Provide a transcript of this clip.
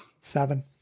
Seven